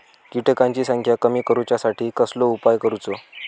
किटकांची संख्या कमी करुच्यासाठी कसलो उपाय करूचो?